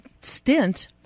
stint